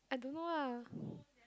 I don't know lah